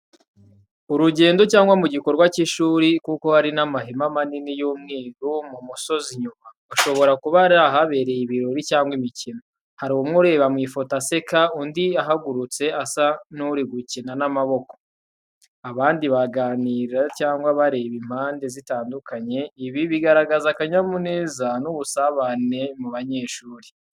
Urugendo cyangwa mu gikorwa cy’ishuri, kuko hari n’amahema manini y’umweru mu musozi inyuma, ashobora kuba ari ahabereye ibirori cyangwa imikino. Hari umwe ureba mu ifoto aseka, undi ahagurutse asa n’uri gukina n’amaboko, abandi baganira cyangwa bareba impande zitandukanye. Ibi bigaragaza akanyamuneza n’ubusabane mu banyeshuri.